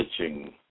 pitching